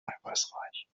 eiweißreich